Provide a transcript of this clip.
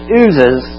oozes